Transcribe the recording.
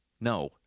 No